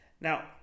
now